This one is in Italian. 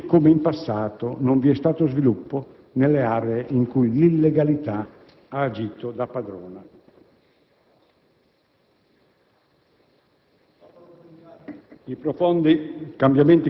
Senza sicurezza non vi sarà sviluppo, così come in passato non vi è stato sviluppo nelle aree in cui l'illegalità ha agito da padrona.